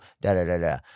da-da-da-da